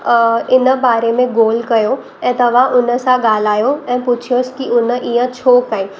इन बारे में ॻोल्हा कयो ऐं तव्हां हुन सां ॻाल्हायो ऐं पुछयोसि कि उन ईअं छो कयईं